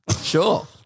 Sure